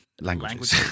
Languages